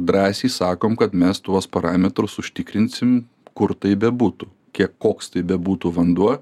drąsiai sakom kad mes tuos parametrus užtikrinsim kur tai bebūtų kiek koks tai bebūtų vanduo